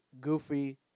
goofy